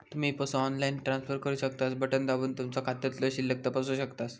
तुम्ही पसो online transfer करू शकतास, बटण दाबून तुमचो खात्यातलो शिल्लक तपासू शकतास